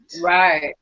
Right